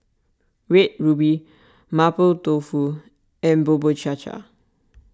Red Ruby Mapo Tofu and Bubur Cha Cha